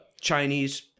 Chinese